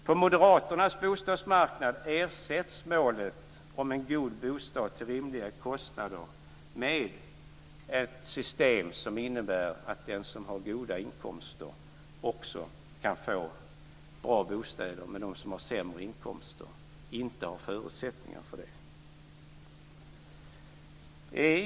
På Moderaternas bostadsmarknad ersätts målet om en god bostad till rimliga kostnader med ett system som innebär att de som har goda inkomster också kan få bra bostäder medan de som har sämre inkomster inte har förutsättningar för det.